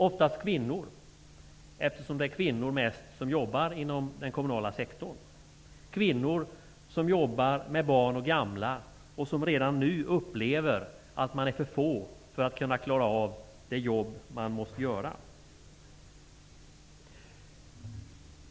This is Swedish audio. Oftast är det fråga om kvinnor -- det är mest kvinnor som jobbar inom den kommunala sektorn -- som jobbar med barn och gamla och vilka redan nu upplever att man är för få för att klara av det jobb man måste utföra.